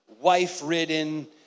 wife-ridden